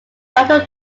battle